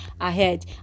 ahead